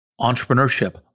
Entrepreneurship